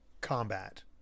combat